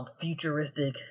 futuristic